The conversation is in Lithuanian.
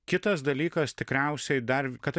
kitas dalykas tikriausiai dar kad